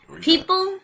People